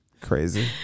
Crazy